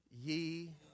ye